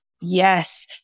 yes